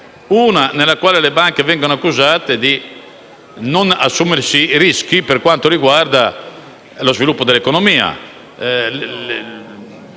in cui le banche vengono accusate di non assumersi rischi per quanto riguarda lo sviluppo dell'economia